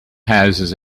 houses